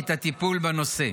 את הטיפול בנושא.